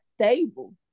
stable